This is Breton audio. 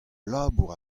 labour